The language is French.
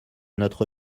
notre